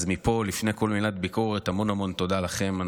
אז מפה, לפני כל מילת ביקורת, המון המון תודה לכם.